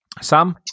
Sam